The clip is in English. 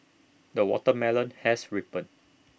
the watermelon has ripened